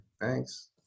thanks